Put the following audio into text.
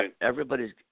Everybody's